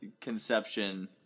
conception